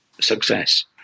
success